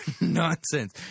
nonsense